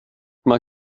mal